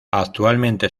actualmente